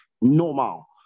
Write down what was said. normal